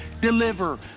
deliver